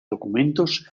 documentos